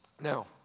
Now